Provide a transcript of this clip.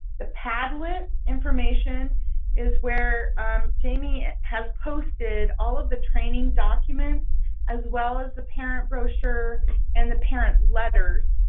the padlet information is where jamie has posted all of the training documents as well as the parent brochure and the parent letters,